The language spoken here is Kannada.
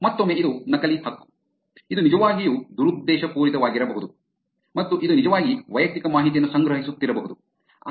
ಮತ್ತೊಮ್ಮೆ ಇದು ನಕಲಿ ಹಕ್ಕು ಇದು ನಿಜವಾಗಿಯೂ ದುರುದ್ದೇಶಪೂರಿತವಾಗಿರಬಹುದು ಮತ್ತು ಇದು ನಿಜವಾಗಿ ವೈಯಕ್ತಿಕ ಮಾಹಿತಿಯನ್ನು ಸಂಗ್ರಹಿಸುತ್ತಿರಬಹುದು